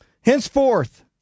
Henceforth